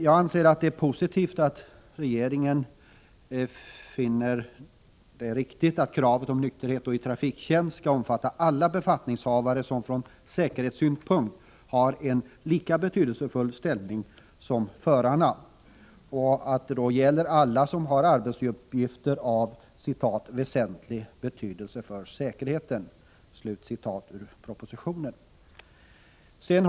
Jag anser att det är positivt att regeringen finner det riktigt att kravet på nykterhet i trafiktjänst skall omfatta alla befattningshavare som från säkerhetssynpunkt har en lika betydelsefull ställning som förarna och att kravet bör gälla alla som har arbetsuppgifter av ”väsentlig betydelse för säkerheten”, som det heter i propositionen.